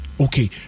Okay